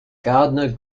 gardiner